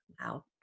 Wow